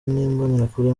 n’imbonerakure